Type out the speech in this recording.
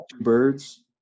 birds